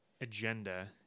agenda